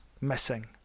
missing